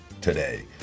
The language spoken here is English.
today